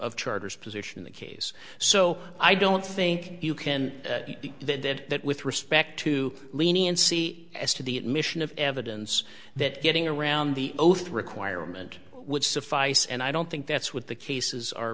charters position in the case so i don't think you can they did that with respect to lenient c as to the admission of evidence that getting around the oath requirement would suffice and i don't think that's what the cases are